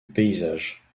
paysage